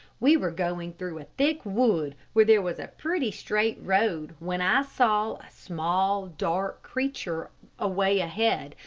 we were going through a thick wood, where there was a pretty straight road, when i saw a small, dark creature away ahead,